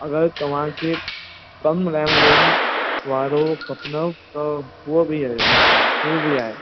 अगरि तव्हांखे कम रैम रोम वारो खपनिव त उहो बि आहे उहो बि आहे